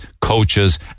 coaches